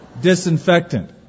disinfectant